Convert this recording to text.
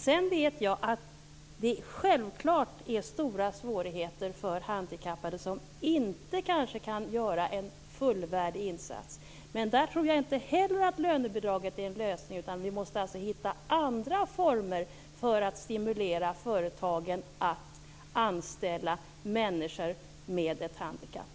Sedan vet jag att det självfallet är stora svårigheter för handikappade som kanske inte kan göra en fullvärdig insats. Men för dem tror jag inte heller att lönebidraget är en lösning, utan vi måste finna andra former för att stimulera företagen att anställa människor med ett handikapp.